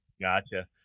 Gotcha